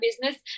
business